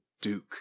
Duke